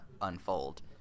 unfold